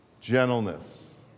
Gentleness